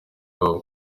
babo